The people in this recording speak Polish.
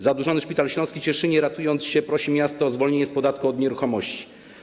Zadłużony Szpital Śląski w Cieszynie, ratując się, prosi miasto o zwolnienie z podatku od nieruchomości.